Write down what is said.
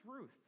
Ruth